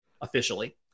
officially